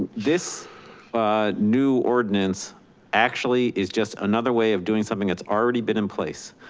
this new ordinance actually is just another way of doing something that's already been in place,